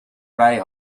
vrij